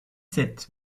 sept